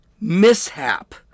mishap